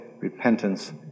repentance